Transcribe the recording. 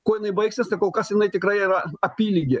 kuo baigsis tai kol kas jinai tikrai yra apyligė